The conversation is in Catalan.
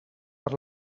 per